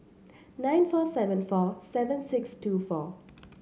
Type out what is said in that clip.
nine four seven four seven six two four